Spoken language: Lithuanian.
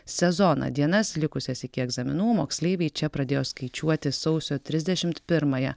sezoną dienas likusias iki egzaminų moksleiviai čia pradėjo skaičiuoti sausio trisdešimt pirmąją